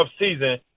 offseason